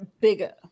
bigger